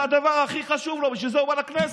זה הדבר הכי חשוב לו, בשביל זה הוא בא לכנסת.